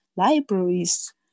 libraries